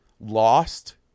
Lost